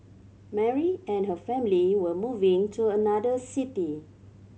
Mary and her family were moving to another city